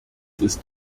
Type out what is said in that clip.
ist